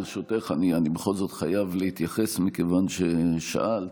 ברשותך, אני בכל זאת חייב להתייחס, מכיוון ששאלת.